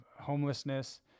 homelessness